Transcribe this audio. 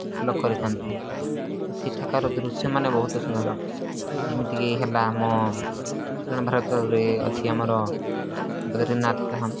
follow କରିଥାନ୍ତି ସେଠାକାର ଦୃଶ୍ୟମାନେ ବହୁତ ସୁନ୍ଦର ଯେମିତିକି ହେଲା ଆମ ଦକ୍ଷିଣ ଭାରତରେ ଅଛି ଆମର ବଦ୍ରିନାଥ ଧାମ